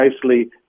precisely